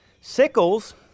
Sickles